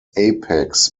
apex